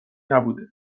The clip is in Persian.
نبوده